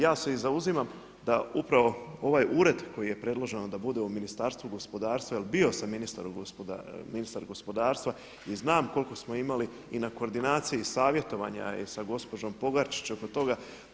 Ja se i zauzimam da upravo ovaj ured koji je predloženo da bude u Ministarstvu gospodarstva, jer bio sam ministar gospodarstva i znam koliko smo imali i na koordinaciji savjetovanja i sa gospođom Pogačić oko toga.